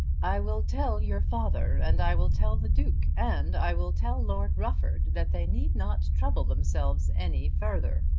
i will tell your father, and i will tell the duke, and i will tell lord rufford that they need not trouble themselves any further.